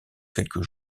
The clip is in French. quelque